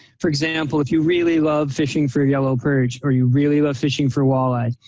for example, if you really love fishing for yellow perch or you really love fishing for walleye,